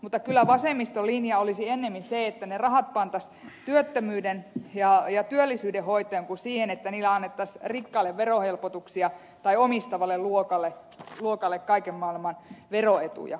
mutta kyllä vasemmiston linja olisi ennemmin se että ne rahat pantaisiin työttömyyden ja työllisyyden hoitoon kuin se että niillä annettaisiin rikkaille verohelpotuksia tai omistavalle luokalle kaiken maailman veroetuja